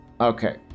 Okay